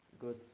good